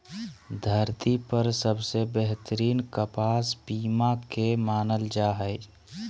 धरती पर सबसे बेहतरीन कपास पीमा के मानल जा हय